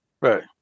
Right